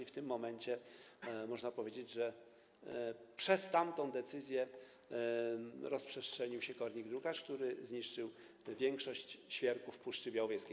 W tym momencie można powiedzieć, że przez tamtą decyzję rozprzestrzenił się kornik drukarz, który zniszczył większość świerków w Puszczy Białowieskiej.